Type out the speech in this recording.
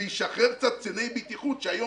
זה ישחרר קצת קציני בטיחות שהיום